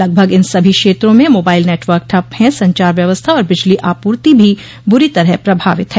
लगभग इन सभी क्षेत्रों में मोबाइल नेटवर्क ठप्प है संचार व्यवस्था और बिजली आपूर्ति भी बुरी तरह प्रभावित है